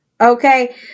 Okay